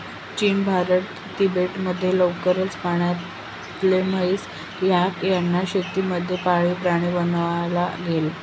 चीन, भारत, तिबेट मध्ये लवकरच पाण्यातली म्हैस, याक यांना शेती मध्ये पाळीव प्राणी बनवला गेल